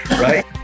Right